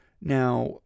Now